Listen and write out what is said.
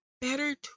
better